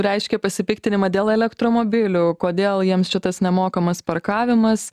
reiškia pasipiktinimą dėl elektromobilių kodėl jiems čia tas nemokamas parkavimas